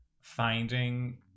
finding